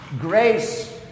Grace